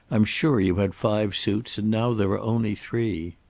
i'm sure you had five suits, and now there are only three.